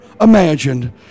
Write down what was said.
imagined